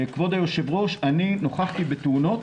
כבוד היושב-ראש, נכחתי בתאונות